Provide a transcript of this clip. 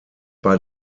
bei